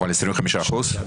אבל 25%?